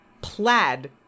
plaid